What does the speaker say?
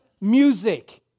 music